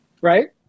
Right